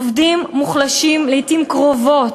עובדים מוחלשים, לעתים קרובות,